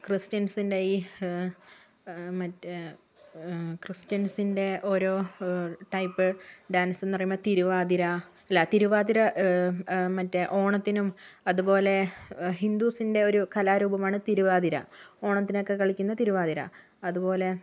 ക്രിസ്ത്യൻസിൻ്റെ ഈ മറ്റേ ക്രിസ്ത്യൻസിൻ്റെ ഓരോ ടൈപ്പ് ഡാൻസ് എന്നുപറയുമ്പോൾ തിരുവാതിര അല്ല തിരുവാതിര മറ്റേ ഓണത്തിനും അതുപോലെ ഹിന്ദൂസിൻ്റെ ഒരു കലാരൂപമാണ് തിരുവാതിര ഓണത്തിനൊക്കെ കളിക്കുന്ന തിരുവാതിര അതുപോലെ